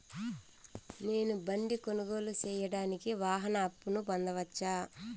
నేను బండి కొనుగోలు సేయడానికి వాహన అప్పును పొందవచ్చా?